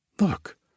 Look